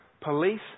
Police